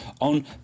on